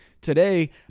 today